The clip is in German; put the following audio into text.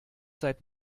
seit